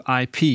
IP